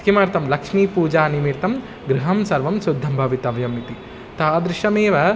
किमर्थं लक्ष्मीपूजा निमित्तं गृहं सर्वं शुद्धं भवितव्यम् इति तादृशमेव